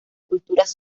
culturas